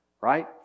Right